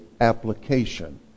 application